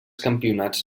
campionats